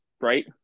right